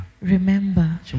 Remember